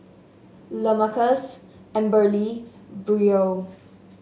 Lamarcus Amberly Brielle